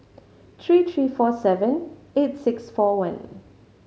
three three four seven eight six four one